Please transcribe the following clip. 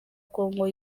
kongo